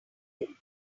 that